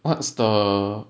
what's the